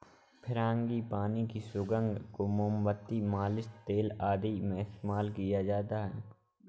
frangipani की सुगंध को मोमबत्ती, मालिश तेल आदि में इस्तेमाल किया जाता है